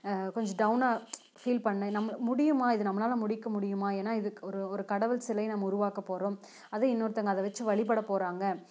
கொஞ்சம் டவுனாக ஃபீல் பண்ண நம் முடியுமா இது நம்மளால் முடிக்க முடியுமா ஏன்னா இதுக் ஒரு ஒரு கடவுள் சிலையை நம்ம உருவாக்கப்போகிறோம் அதுவும் இன்னொருத்தங்க அதை வச்சு வழிபட போகிறாங்க